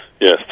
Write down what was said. Yes